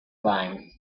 limes